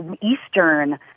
Eastern